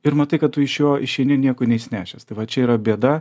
ir matai kad tu iš jo išeini nieko neišsinešęs tai vat čia yra bėda